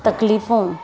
तकलीफ़ूं